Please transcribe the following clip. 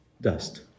dust